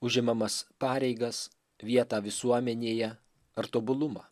užimamas pareigas vietą visuomenėje ar tobulumą